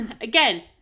Again